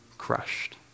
crushed